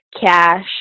cash